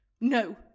No